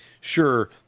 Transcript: sure